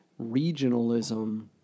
regionalism